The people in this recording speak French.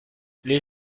les